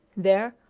there,